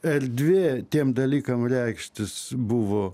erdvė tiem dalykam reikštis buvo